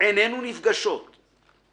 עינינו נפגשות//